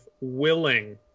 willing